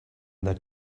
that